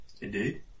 Indeed